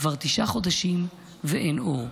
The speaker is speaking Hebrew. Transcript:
כבר תשעה חודשים ואין אור.